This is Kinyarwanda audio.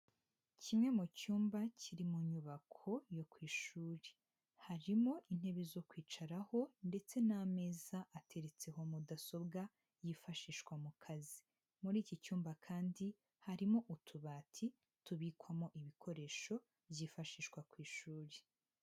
Kimwe mu cyumba kiri mu nyubako yo ku ishuri, harimo intebe zo kwicaraho ndetse n'ameza ateretseho mudasobwa yifashishwa mu kazi, muri iki cyumba kandi harimo utubati tubikwamo ibikoresho byifashishwa ku ishuri.